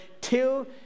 till